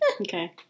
Okay